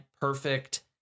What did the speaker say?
perfect